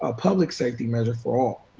ah public safety measure for all.